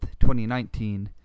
2019